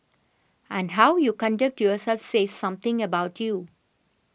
and how you conduct yourself say something about you